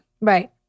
Right